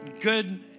good